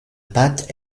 pâte